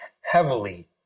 heavily